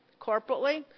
corporately